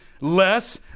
less